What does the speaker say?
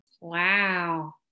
wow